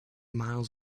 miles